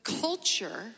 culture